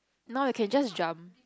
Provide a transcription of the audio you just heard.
no you can just jump